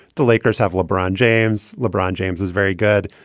the lakers have lebron james. lebron james is very good.